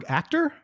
actor